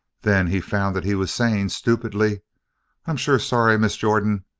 then he found that he was saying stupidly i'm sure sorry, miss jordan.